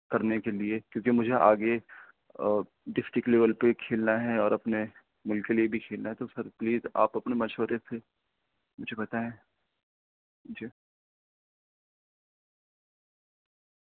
کرنے کے لیے کیونکہ مجھے آگے ڈسٹک لیول پہ کھیلنا ہے اور اپنے ملک کے لیے بھی کھیلنا ہے تو سر پلیز آپ اپنے مشورے سے مجھے بتائیں جی